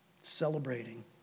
celebrating